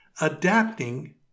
Adapting